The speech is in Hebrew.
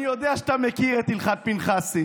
אז אני יודע שאתה מכיר את הלכת פנחסי,